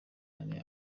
ane